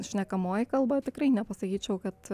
šnekamoji kalba tikrai nepasakyčiau kad